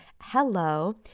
hello